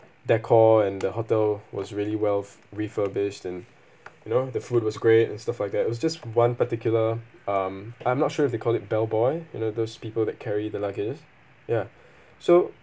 decor and the hotel was really well-refurbished and you know the food was great and stuff like that was just one particular um I'm not sure if they call it bellboy you know those people that carry the luggage ya so